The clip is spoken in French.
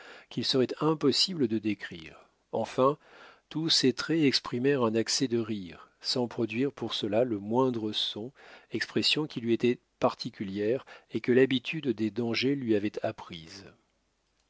qu'il serait impossible de décrire enfin tous ses traits exprimèrent un accès de rire sans produire pour cela le moindre son expression qui lui était particulière et que l'habitude des dangers lui avait apprise